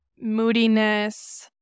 moodiness